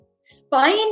spine